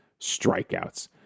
strikeouts